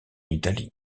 italie